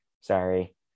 Sorry